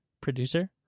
producer